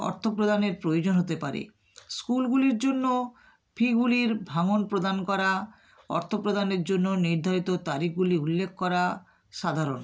অর্থ প্রদানের প্রয়োজন হতে পারে স্কুলগুলির জন্য ফিগুলির ভাঙন প্রদান করা অর্থ প্রদানের জন্য নির্ধারিত তারিখগুলি উল্লেখ করা সাধারণ